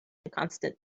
constant